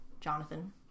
Jonathan